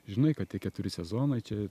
žinai kad tie keturi sezonai čia